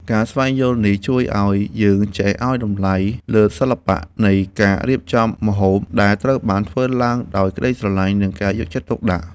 ការស្វែងយល់នេះជួយឱ្យយើងចេះឱ្យតម្លៃលើសិល្បៈនៃការរៀបចំម្ហូប ដែលត្រូវបានធ្វើឡើងដោយក្តីស្រឡាញ់ និងការយកចិត្តទុកដាក់។